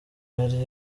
yari